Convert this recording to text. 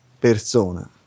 persona